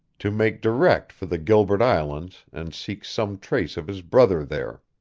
to make direct for the gilbert islands and seek some trace of his brother there.